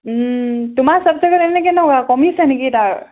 তোমাৰ ছাবজেক্টত এনেই কেনেকুৱা কমিছে নেকি তাৰ